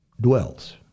dwells